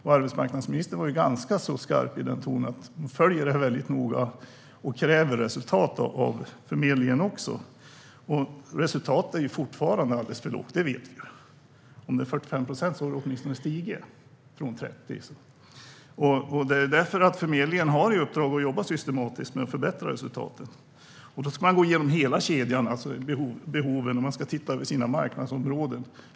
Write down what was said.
Arbetsmarknadsministern var ganska skarp i tonen. Hon följer det här väldigt noga och kräver resultat av förmedlingen. Resultatet är fortfarande alldeles för lågt - det vet vi. Om det är 45 procent har det åtminstone stigit från 30. Förmedlingen har i uppdrag att jobba systematiskt med att förbättra resultatet. Då ska man gå igenom hela kedjan, alltså behoven, och man ska titta över sina marknadsområden.